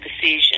decision